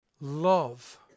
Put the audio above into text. Love